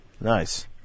Nice